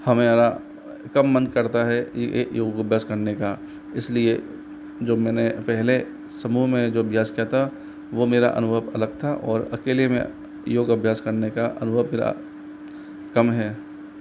हमारा कम मन करता है योग अभ्यास करने का इसलिए जो मैंने पहले समूह में जो अभ्यास किया था वह मेरा अनुभव अलग था और अकेले में योग अभ्यास करने का अनुभव मेरा कम है